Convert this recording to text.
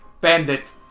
Bandit